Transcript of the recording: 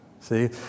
see